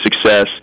success